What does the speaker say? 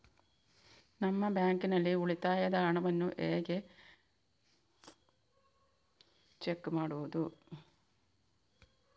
ನಮ್ಮ ಬ್ಯಾಂಕ್ ನಲ್ಲಿ ಉಳಿತಾಯದ ಹಣವನ್ನು ಚೆಕ್ ಹೇಗೆ ಮಾಡುವುದು?